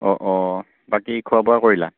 অঁ অঁ বাকী খোৱা বোৱা কৰিলা